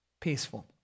peaceful